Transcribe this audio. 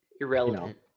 irrelevant